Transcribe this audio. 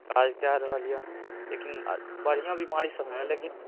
काज कै रहल यऽ लेकिन बढ़िआँ बीमारी सब नहि लेकिन